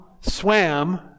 swam